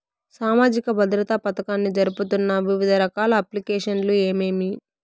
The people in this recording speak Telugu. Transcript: సామాజిక భద్రత పథకాన్ని జరుపుతున్న వివిధ రకాల అప్లికేషన్లు ఏమేమి?